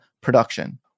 production